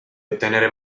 ottenere